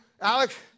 Alex